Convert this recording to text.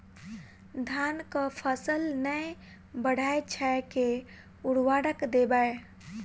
धान कऽ फसल नै बढ़य छै केँ उर्वरक देबै?